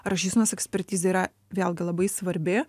rašysenos ekspertizė yra vėlgi labai svarbi